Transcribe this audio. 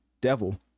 Devil